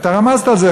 אתה רמזת על זה,